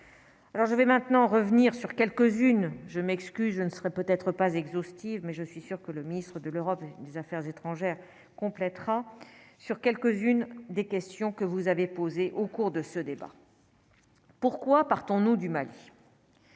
complétera sur quelques-unes des questions que vous avez posées au cours de ce débat, pourquoi partons-nous du Mali